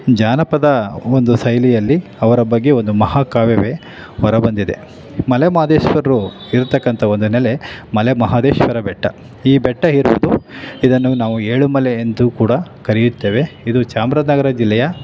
ಜಾನಪದ ಒಂದು ಶೈಲಿಯಲ್ಲಿ ಅವರ ಬಗ್ಗೆ ಒಂದು ಮಹಾ ಕಾವ್ಯವೇ ಹೊರಬಂದಿದೆ ಮಲೆ ಮಹದೇಶ್ವರರು ಇರತಕ್ಕಂಥ ಒಂದು ನೆಲೆ ಮಲೆ ಮಹದೇಶ್ವರ ಬೆಟ್ಟ ಈ ಬೆಟ್ಟ ಇರುವುದು ಇದನ್ನು ನಾವು ಏಳು ಮಲೆ ಎಂದು ಕೂಡ ಕರೆಯುತ್ತೇವೆ ಇದು ಚಾಮರಾಜನಗರ ಜಿಲ್ಲೆಯ